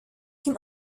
him